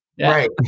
Right